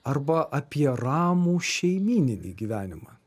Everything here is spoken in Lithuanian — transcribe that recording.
arba apie ramų šeimyninį gyvenimą